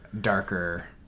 darker